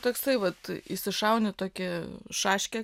toksai vat išsišauni tokį šaškę